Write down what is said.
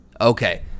Okay